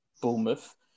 Bournemouth